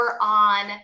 on